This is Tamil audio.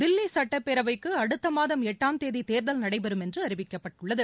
தில்வி சட்டப்பேரவைக்கு அடுத்த மாதம் எட்டாம் தேதி தேர்தல் நடைபெறும் என்று அறிவிக்கப்பட்டுள்ளது